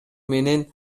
менен